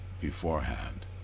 beforehand